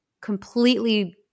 completely